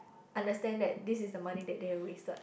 understand that this is the money that they have wasted